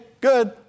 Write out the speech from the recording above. good